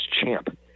champ